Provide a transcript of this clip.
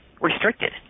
restricted